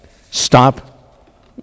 Stop